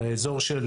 באזור של